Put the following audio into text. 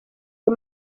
ayo